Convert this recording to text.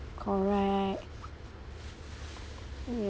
correct